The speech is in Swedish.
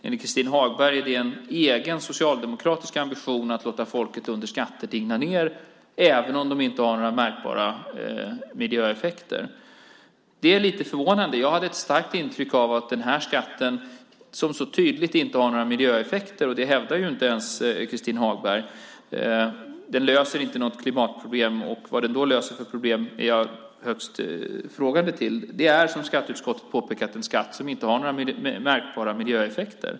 Enligt Christin Hagberg är det en egen socialdemokratisk ambition att låta folket digna ned under skatter även om det inte har några märkbara miljöeffekter. Det är lite förvånande. Jag hade ett starkt intryck av att den här skatten som så tydligt inte har några miljöeffekter, och det hävdar inte ens Christin Hagberg, inte löser några klimatproblem. Vad den löser för problem är jag högst frågande till. Det är, som skatteutskottet påpekar, en skatt som inte har några märkbara miljöeffekter.